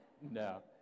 No